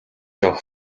авах